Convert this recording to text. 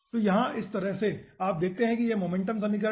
तो यहाँ इसी तरह से आप देखते हैं कि यह मोमेंटम समीकरण है